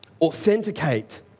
authenticate